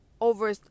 over